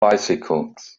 bicycles